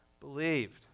Believed